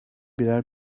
birer